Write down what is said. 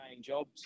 jobs